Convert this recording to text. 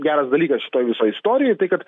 geras dalykas šitoj istorijoj tai kad